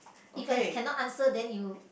If I cannot answer then you